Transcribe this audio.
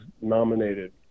nominated